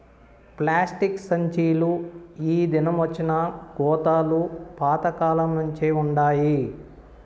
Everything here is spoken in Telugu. ప్లాస్టిక్ సంచీలు ఈ దినమొచ్చినా గోతాలు పాత కాలంనుంచే వుండాయి